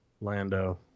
Lando